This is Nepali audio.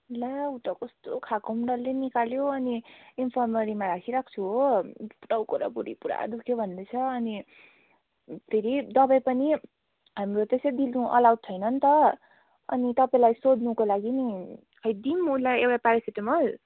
ला उ त कस्तो खाएको पनि डल्लै निकाल्यो अनि इनफर्मरीमा राखिराखेको छु हो टाउको र भुँडी पुरा दुख्यो भन्दैछ अनि फेरि दबाई पनि हाम्रो त्यसै दिनु अलाउ छैन नि त अनि तपाईँलाई सोध्नुको लागि नि खै दिउँ उसलाई एउटा प्यारासिटेमल